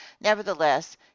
nevertheless